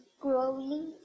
growing